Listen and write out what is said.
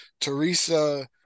Teresa